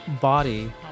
body